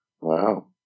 Wow